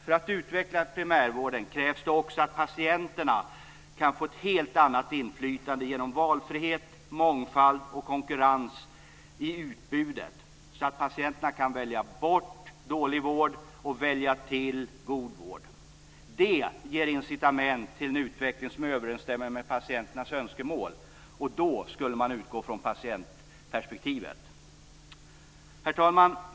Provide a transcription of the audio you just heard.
För att utveckla primärvården krävs det också att patienterna kan få ett helt annat inflytande genom valfrihet, mångfald och konkurrens i utbudet så att patienterna kan välja bort dålig vård och välja till god vård. Det ger incitament till en utveckling som överensstämmer med patienternas önskemål. Då skulle man utgå från patientperspektivet. Herr talman!